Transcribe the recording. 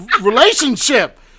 relationship